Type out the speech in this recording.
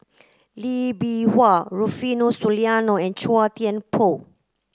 Lee Bee Wah Rufino Soliano and Chua Thian Poh